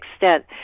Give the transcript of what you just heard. extent